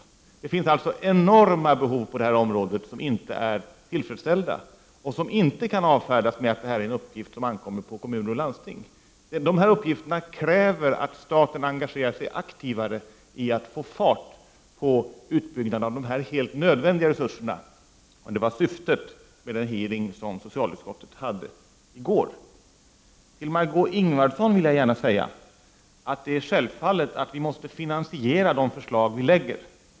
Det finns alltså enorma behov på detta område som inte är tillfredsställda och som inte kan avfärdas med att det här är en uppgift som ankommer på kommuner och landsting. Dessa uppgifter kräver att staten engagerar sig mer aktivt när det gäller att få fart på utbyggnaden av dessa helt nödvändiga resurser. Och det var syftet med den utfrågning som socialutskottet anordnade i går. Till Margö Ingvardsson vill jag gärna säga att vi självfallet måste finansiera de förslag som vi lägger fram.